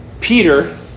Peter